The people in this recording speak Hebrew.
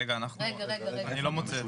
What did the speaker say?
רגע, אני לא מוצא את זה.